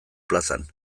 plazan